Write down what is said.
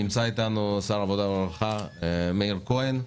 נמצא איתנו שר העבודה והרווחה מאיר כהן.